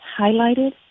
highlighted